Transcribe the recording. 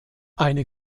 eine